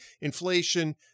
Inflation